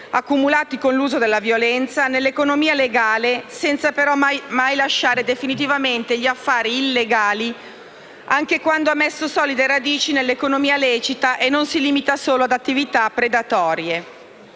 accumulati con l'uso della violenza, nell'economia legale, senza però mai lasciare definitivamente gli affari illegali anche quando ha messo solide radici nell'economia lecita e non si limita solo ad attività predatorie».